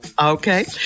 Okay